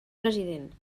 president